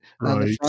Right